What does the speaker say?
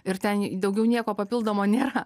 ir ten daugiau nieko papildomo nėra